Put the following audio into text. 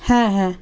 হ্যাঁ হ্যাঁ